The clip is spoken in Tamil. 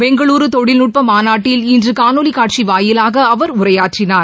பெங்களூரு தொழில்நுட்ப மாநாட்டில் இன்று காணொலி காட்சி வாயிலாக அவர் உரையாற்றினார்